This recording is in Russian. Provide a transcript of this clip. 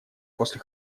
после